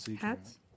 Hats